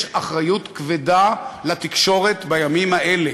יש אחריות כבדה לתקשורת בימים האלה.